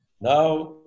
Now